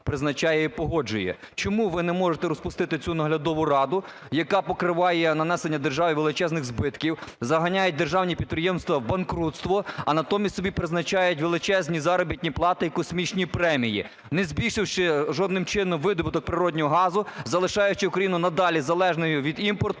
назначає і погоджує. Чому ви не можете розпустити цю Наглядову раду, яка покриває нанесення державі таких величезних збитків, заганяють державні підприємства в банкрутство, а натомість собі призначають величезні заробітні плати і космічні премії, не збільшивши жодним чином видобуток природного газу, залишаючи Україну надалі залежною від імпорту,